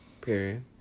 Period